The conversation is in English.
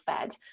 fed